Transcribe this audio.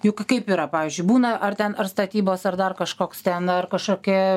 juk kaip yra pavyzdžiui būna ar ten ar statybos ar dar kažkoks ten ar kažkokia